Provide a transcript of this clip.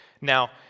Now